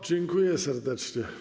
Dziękuję serdecznie.